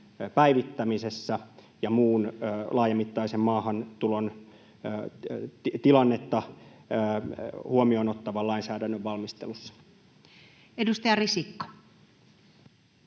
päivittämisessä ja muun laajamittaisen maahantulon tilannetta huomioon ottavan lainsäädännön valmistelussa? [Speech 129]